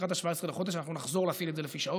לקראת 17 בחודש אנחנו נחזור להפעיל את זה לפי שעות,